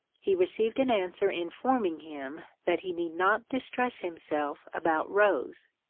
he received an answer informing him that he need not distress himself about rose,